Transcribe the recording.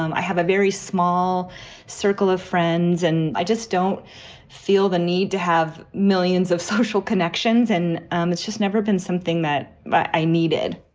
um i have a very small circle of friends and i just don't feel the need to have millions of social connections. and um it's just never been something that but i needed